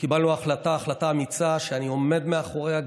וקיבלנו החלטה אמיצה שאני עומד מאחוריה,